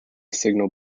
signal